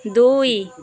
ଦୁଇ